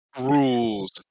rules